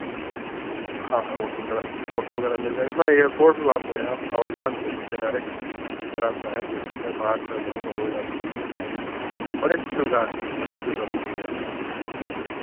हाँ हाँ होटल वगैरह होटल वगैरह मिल जाएगा अपना एयरपोर्ट भी वहाँ पे है आप हवाई जहाज से जा सकते हैं डायरेक्ट अगर आप चाहें तो ऐसी जगह बाहर जो है हवाई जहाज से जा सकते हैं बड़ी अच्छी सुविधा है अच्छी सुविधा बनी हुई है